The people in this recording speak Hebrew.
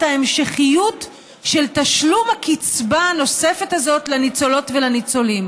ההמשכיות של תשלום הקצבה הנוספת הזאת לניצולות ולניצולים,